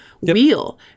wheel